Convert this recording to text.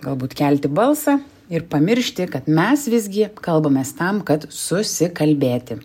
galbūt kelti balsą ir pamiršti kad mes visgi kalbamės tam kad susikalbėti